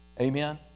Amen